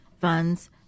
funds